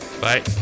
bye